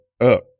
up